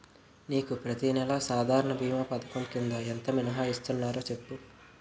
నీకు ప్రతి నెల సాధారణ భీమా పధకం కింద ఎంత మినహాయిస్తన్నారో సెప్పు